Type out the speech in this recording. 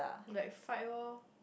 it's like fight lor